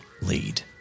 lead